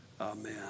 Amen